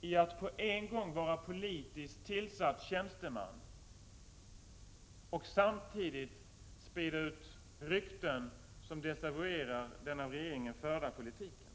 i att på en gång vara politiskt tillsatt tjänsteman och samtidigt sprida ut rykten som desavouerar den av regeringen förda politiken.